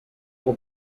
will